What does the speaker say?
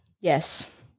yes